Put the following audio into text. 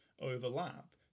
overlap